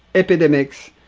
epidemics,